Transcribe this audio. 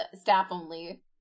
staff-only